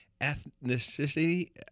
ethnicity